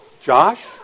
Josh